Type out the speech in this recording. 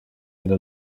ille